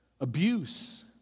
abuse